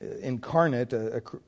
incarnate